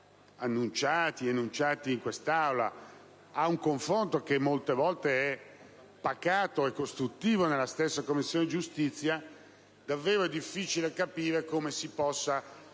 una volta annunciati in questa Aula e ad un confronto che molte volte è pacato e costruttivo nella stessa Commissione giustizia, è davvero difficile capire come si possano